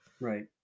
Right